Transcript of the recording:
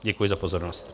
Děkuji za pozornost.